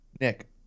Nick